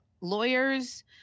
lawyers